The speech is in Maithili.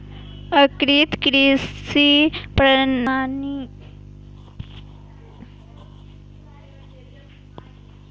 एकीकृत कृषि प्रणाली मे फसल, फूल, सब्जी, फल के उपजाबै के संग पशुपालन सेहो कैल जाइ छै